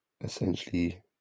essentially